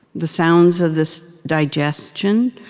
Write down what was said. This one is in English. the sounds of this digestion